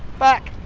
back.